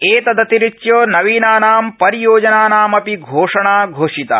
एतदतिरिच्य नवीनानां परियोजनानामपि घोषणा घोषिता